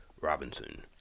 robinson